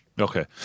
Okay